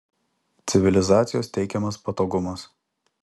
civilizacijos teikiamas patogumas